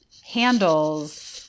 handles